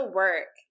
work